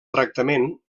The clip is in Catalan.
tractament